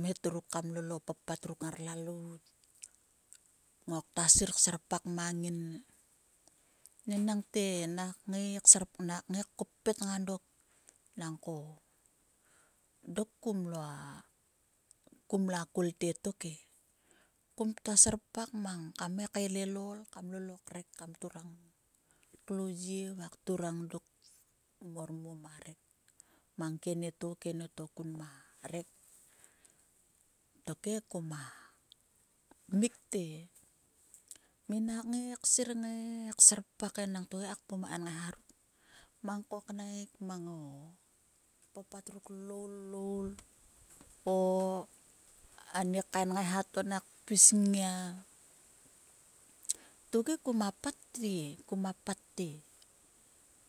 Mhe ruk kam lol o papat ruk ngar lalout. Nguaktua sir serpak mang ngin enangte nak ngai kser lopet ngang dok nangko dok kum lua kum lua kol te tok e kum ktua serpak mangkam ngai kaelel ol kam ktua turang klo lie va dok mang mo ma rek mang keneto kenetokum ma reka. Tokhe kuma tmik te minak ngai sir he kserpak mang ko knaik mang o papat ruk loul va loul o ani kain ngaiha to tokhe kuma patte patte